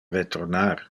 retornar